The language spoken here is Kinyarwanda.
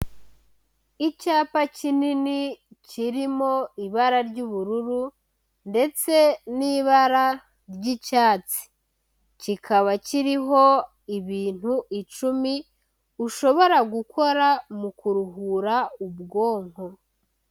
Icyapa kinini kirimo ibara ry'ubururu ndetse n'ibara ry'icyatsi, kikaba kiriho ibintu icumi ushobora gukora mu kuruhura ubwonko.